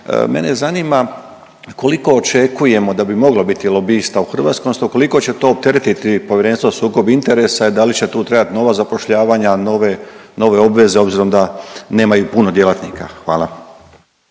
Mene zanima koliko očekujemo da bi moglo biti lobista u Hrvatskoj odnosno koliko će to opteretiti Povjerenstvo za sukob interesa i da li će tu trebati nova zapošljavanja, nove, nove obveze obzirom da nemaju puno djelatnika. Hvala.